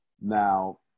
Now